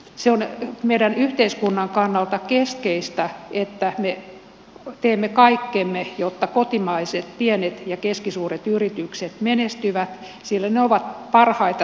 se on meidän yhteiskunnan kannalta keskeistä että me teemme kaikkemme jotta kotimaiset pienet ja keskisuuret yritykset menestyvät sillä ne ovat parhaita työllistäjiä